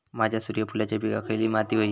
माझ्या सूर्यफुलाच्या पिकाक खयली माती व्हयी?